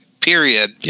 period